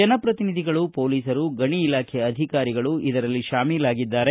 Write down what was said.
ಆನಪ್ರತಿನಿಧಿಗಳು ಪೊಲೀಸರು ಗಣಿ ಇಲಾಖೆ ಅಧಿಕಾರಿಗಳು ಇದರಲ್ಲಿ ಶಾಮೀಲಾಗಿದ್ದಾರೆ